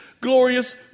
glorious